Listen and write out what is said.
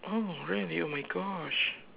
oh really oh my Gosh